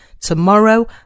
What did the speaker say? tomorrow